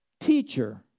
teacher